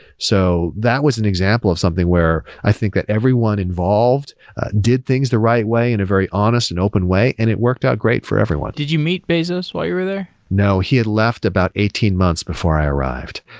so that was an example of something where i think that everyone involved did things the right way, in a very honest and open way, and it worked out great for everyone. did meet bezos while you were there? no. he had left about eighteen months before i arrived.